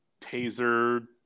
taser